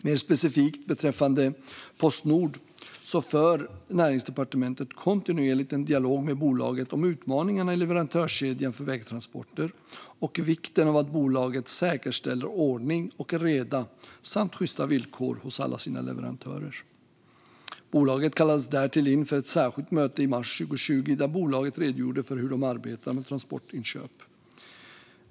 Mer specifikt beträffande Postnord för Näringsdepartementet kontinuerligt en dialog med bolaget om utmaningarna i leverantörskedjan för vägtransporter och vikten av att bolaget säkerställer ordning och reda samt sjysta villkor hos alla sina leverantörer. Bolaget kallades därtill in för ett särskilt möte i mars 2020 där bolaget redogjorde för hur det arbetar med transportinköp.